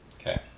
Okay